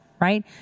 right